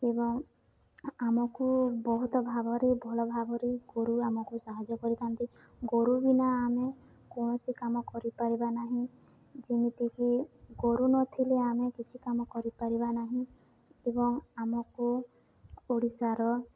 ଏବଂ ଆମକୁ ବହୁତ ଭାବରେ ଭଲ ଭାବରେ ଗୋରୁ ଆମକୁ ସାହାଯ୍ୟ କରିଥାନ୍ତି ଗୋରୁ ବିନା ଆମେ କୌଣସି କାମ କରିପାରିବା ନାହିଁ ଯେମିତିକି ଗୋରୁ ନଥିଲେ ଆମେ କିଛି କାମ କରିପାରିବା ନାହିଁ ଏବଂ ଆମକୁ ଓଡ଼ିଶାର